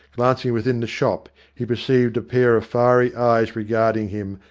glancing within the shop, he perceived a pair of fiery eyes regarding him,